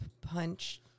punch